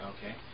Okay